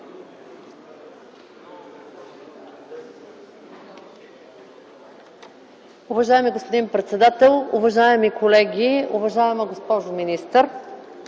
Уважаеми господин председател, уважаеми колеги, уважаема госпожо министър!